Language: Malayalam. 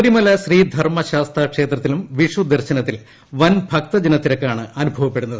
ശബരിമല ശ്രീധർമ്മശാസ്താ ക്ഷേത്രത്തിലും വിഷുദർശനത്തിൽ വൻ ഭക്തജനത്തിരക്കാണ് അനുഭവപ്പെടുന്നത്